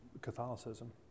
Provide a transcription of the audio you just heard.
Catholicism